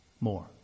more